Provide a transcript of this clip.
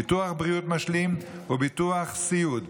ביטוח בריאות משלים וביטוח סיעוד.